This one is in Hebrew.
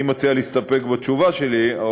אני מציע להסתפק בתשובה שלי,